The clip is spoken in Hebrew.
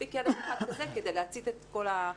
שמספיק ילד אחד כזה כדי להצית את כל ה-,